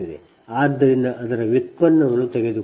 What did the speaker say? ಆದ್ದರಿಂದ ಅದರ ವ್ಯುತ್ಪನ್ನವನ್ನು ತೆಗೆದುಕೊಳ್ಳುವುದು